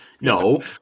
no